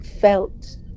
felt